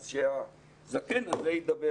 אז שהזקן הזה ידבר,